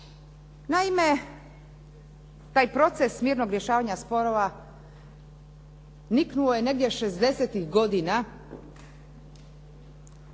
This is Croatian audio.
Naime, taj proces mirnog rješavanja sporova niknuo je negdje šezdesetih godina